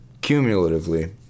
cumulatively